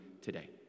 today